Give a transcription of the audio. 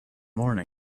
morning